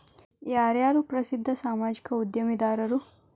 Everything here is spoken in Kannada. ಯಾರ್ಯಾರು ಪ್ರಸಿದ್ಧ ಸಾಮಾಜಿಕ ಉದ್ಯಮಿದಾರರು